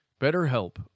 BetterHelp